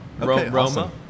Roma